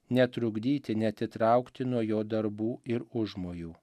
netrukdyti neatitraukti nuo jo darbų ir užmojų